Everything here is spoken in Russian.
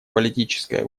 политической